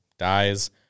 dies